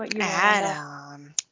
Adam